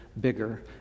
bigger